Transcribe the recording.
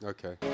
Okay